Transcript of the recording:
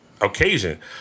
occasion